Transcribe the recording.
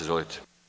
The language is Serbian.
Izvolite.